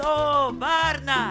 o varna